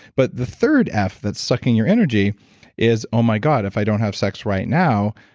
but the third f that's sucking your energy is, oh my god, if i don't have sex right now,